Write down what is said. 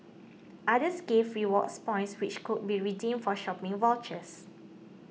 others gave rewards points which could be redeemed for shopping vouchers